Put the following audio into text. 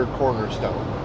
cornerstone